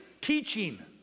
teaching